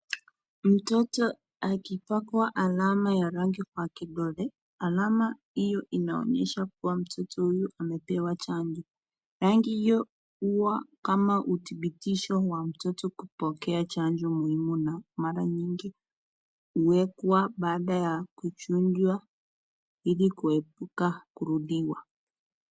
Mtoto akipakwa alama ya rangi kwa kidole. Alama hiyo inaonyesha kuwa mtoto huyu amepewa chanjo. Rangi hiyo huwa kama uthibitisho wa mtoto kupokea chanjo muhimu na mara nyingi, huwekwa baada ya kuchanjwa ili kuepuka kurudiwa.